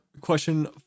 question